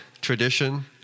tradition